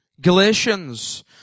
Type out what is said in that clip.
Galatians